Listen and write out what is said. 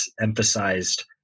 emphasized